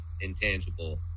intangible